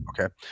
Okay